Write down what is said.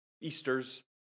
Easters